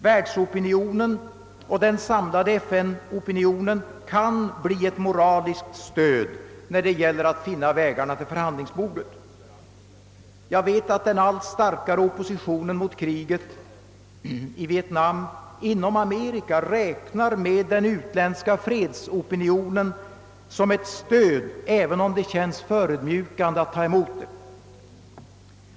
Världsopinionen och den samlade FN opinionen kan bli ett moraliskt stöd när det gäller att finna vägarna till förhandlingsbordet. Jag vet att den allt starkare opinionen i Amerika emot kriget i Vietnam räknar den utländska fredsopinionen som ett stöd, även om det känns förödmjukande att ta emot det.